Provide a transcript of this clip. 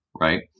right